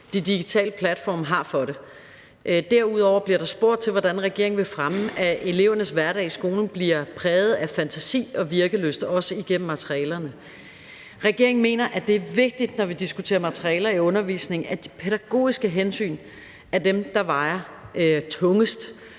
de digitale platforme har for det. Derudover bliver der spurgt til, hvordan regeringen vil fremme, at elevernes hverdag i skolen bliver præget af fantasi og virkelyst, også igennem materialerne. Regeringen mener, det er vigtigt, når vi diskuterer materialer i undervisningen, at de pædagogiske hensyn er dem, der vejer tungest,